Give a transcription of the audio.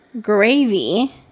gravy